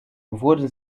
wurde